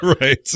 Right